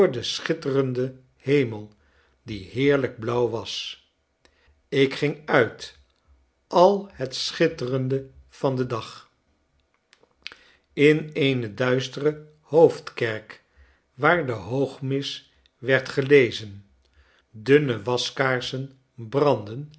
den schitterenden hemel die heerlijk blauw was ik ging uit al het schitterende van den dag in eene duistere hoofdkerk waar de hoogmis werdgelezen dunne waskaarsen brandden